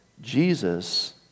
Jesus